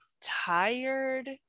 tired